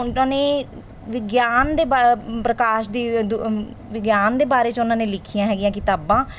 ਉਹਨਾਂ ਨੇ ਵਿਗਿਆਨ ਦੇ ਬਾਰੇ ਪ੍ਰਕਾਸ਼ ਦੀ ਦ ਵਿਗਿਆਨ ਦੇ ਬਾਰੇ 'ਚ ਉਹਨਾਂ ਨੇ ਲਿਖੀਆਂ ਹੈਗੀਆਂ ਕਿਤਾਬਾਂ